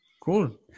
Cool